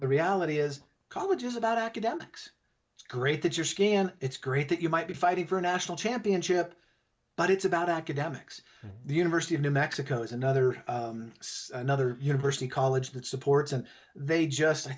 the reality is college is about academics it's great that you're skiing and it's great that you might be fighting for a national championship but it's about academics the university of new mexico is another another university college that supports and they just i